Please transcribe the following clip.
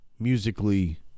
musically